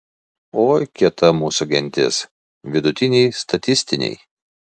oi kieta mūsų gentis vidutiniai statistiniai